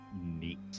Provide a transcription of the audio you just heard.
Neat